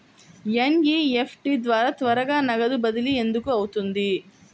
NEFT ద్వారా త్వరగా నగదు బదిలీ ఎందుకు అవుతుంది?